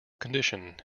condition